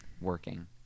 Working